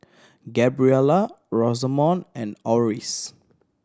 Gabriela Rosamond and Orris